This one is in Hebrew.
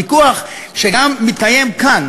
הוויכוח שגם מתקיים כאן,